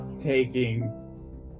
taking